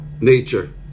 nature